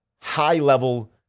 high-level